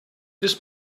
this